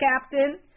captain